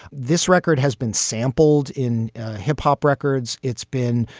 this record has been sampled in hip hop records. it's been,